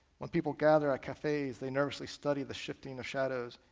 when people gather at cafes, they nervously study the shifting of shadows,